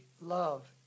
love